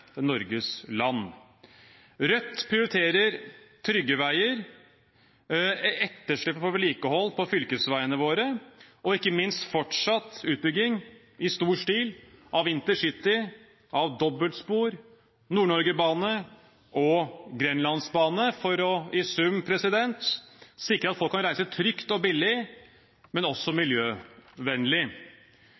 Norges land. Rødt prioriterer trygge veier, etterslepet på vedlikehold av fylkesveiene våre og ikke minst fortsatt utbygging i stor stil av intercity, av dobbeltspor, av Nord-Norgebanen og Grenlandsbanen for i sum å sikre at folk kan reise trygt og billig, men også miljøvennlig.